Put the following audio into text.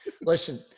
Listen